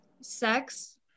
sex